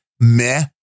meh